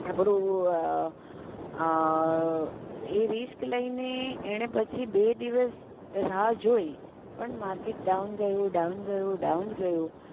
આપણું એ રિસ્ક લઈને એણે પછી બે દિવસ રાહ જોઈ પણ માર્કેટ ડાઉન ગયું ડાઉન ગયું ડાઉન ગયું ડાઉન ગયું